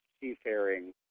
seafaring